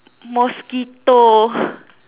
mosquito